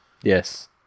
Yes